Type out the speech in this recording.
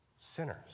sinners